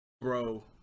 Bro